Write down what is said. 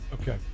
Okay